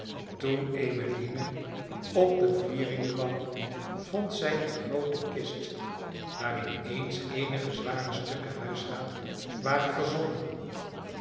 toen emmeline op de vliering kwam vond zij een groote kist waarin eens eenige zware stukken huisraad waren verzonden